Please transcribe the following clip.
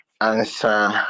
answer